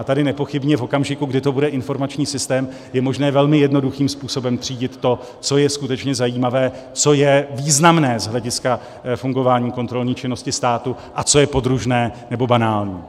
A tady nepochybně v okamžiku, kdy to bude informační systém, je možné velmi jednoduchým způsobem třídit to, co je skutečně zajímavé, co je významné z hlediska fungování kontrolní činnosti státu a co je podružné nebo banální.